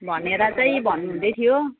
भनेर चाहिँ भन्नुहुँदै थियो